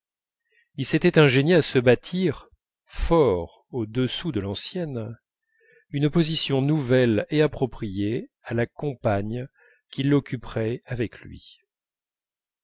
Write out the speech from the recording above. il s'était ingénié à se bâtir fort au-dessous de l'ancienne une position nouvelle et appropriée à la compagne qui l'occuperait avec lui